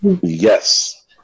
Yes